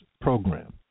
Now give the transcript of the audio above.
program